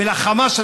ולחמאס,